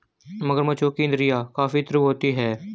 मगरमच्छों की इंद्रियाँ काफी तीव्र होती हैं